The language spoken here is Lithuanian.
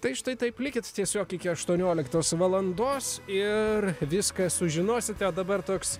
tai štai taip likit tiesiog iki aštuonioliktos valandos ir viską sužinosite dabar toks